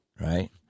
right